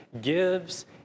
gives